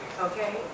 Okay